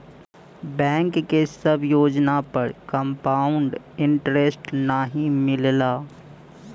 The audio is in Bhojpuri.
बैंक के सब योजना पर कंपाउड इन्टरेस्ट नाहीं मिलला